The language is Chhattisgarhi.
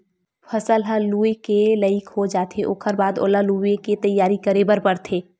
फसल ह लूए के लइक हो जाथे ओखर बाद ओला लुवे के तइयारी करे बर परथे